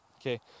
okay